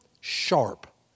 sharp